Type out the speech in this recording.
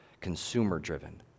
consumer-driven